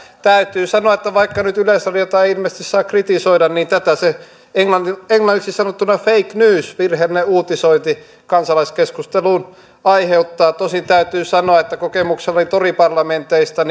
täytyy sanoa että vaikka nyt yleisradiota ei ilmeisesti saa kritisoida niin tätä se englanniksi englanniksi sanottuna fake news virheellinen uutisointi kansalaiskeskusteluun aiheuttaa tosin täytyy sanoa että kokemuksellani toriparlamenteista